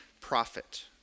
profit